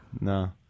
No